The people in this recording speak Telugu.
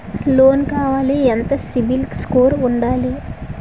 లోన్ కావాలి ఎంత సిబిల్ స్కోర్ ఉండాలి?